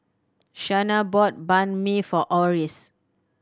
Shana bought Banh Mi for Oris